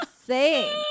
insane